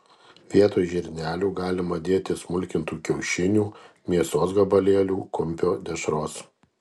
vietoj žirnelių galima dėti smulkintų kiaušinių mėsos gabalėlių kumpio dešros